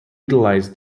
utilize